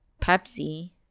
Pepsi